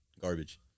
Garbage